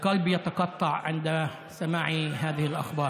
שהאל ירחם על כולם.)